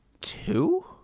Two